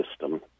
system